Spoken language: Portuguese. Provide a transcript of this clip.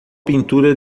pintura